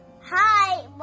Hi